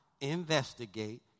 investigate